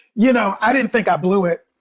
you know, i didn't think i blew it.